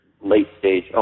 late-stage